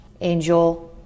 angel